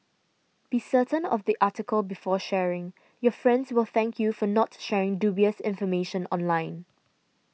be certain of the article before sharing your friends will thank you for not sharing dubious information online